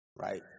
Right